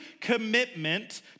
commitment